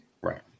right